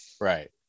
Right